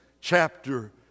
chapter